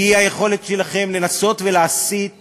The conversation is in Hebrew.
היא היכולת שלכם לנסות להסיט